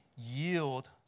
yield